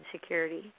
security